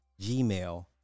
Gmail